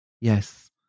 Yes